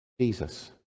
Jesus